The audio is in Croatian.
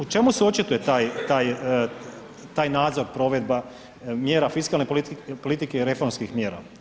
U čemu se očituje taj nadzor, provedba, mjera fiskalne politike i reformskih mjera?